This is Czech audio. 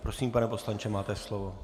Prosím, pane poslanče, máte slovo.